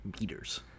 meters